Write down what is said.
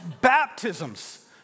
baptisms